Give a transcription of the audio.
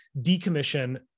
decommission